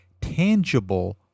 tangible